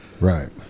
right